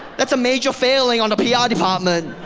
that's a major failing on the pr ah department.